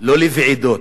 לא לוועידות,